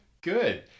Good